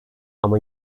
ama